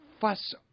fuss